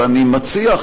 ואני מציע,